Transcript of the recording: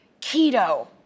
keto